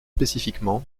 spécifiquement